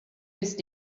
ist